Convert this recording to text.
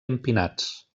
empinats